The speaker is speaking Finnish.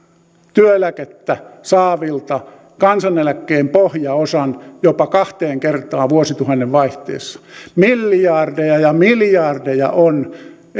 työeläkettä saavilta kansaneläkkeen pohjaosan jopa kahteen kertaan vuosituhannen vaihteessa miljardeja ja miljardeja ovat eläkeläiset pienituloiset